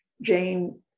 Jane